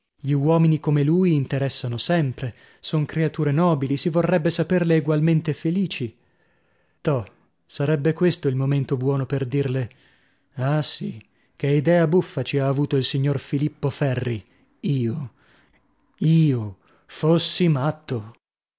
gli uomini come lui interessano sempre son creature nobili si vorrebbe saperle egualmente felici to sarebbe questo il momento buono per dirle ah sì che idea buffa ci ha avuta il signor filippo ferri io io fossi matto